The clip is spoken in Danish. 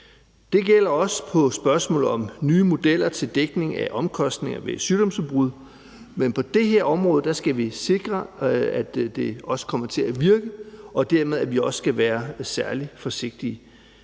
Det gælder også ved spørgsmål om nye modeller til dækning af omkostninger ved sygdomsudbrud. Men på det her område skal vi sikre, at det også kommer til at virke, og dermed skal vi også være særlig forsigtige.